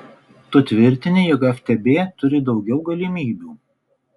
tu tvirtini jog ftb turi daugiau galimybių